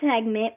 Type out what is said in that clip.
segment